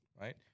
right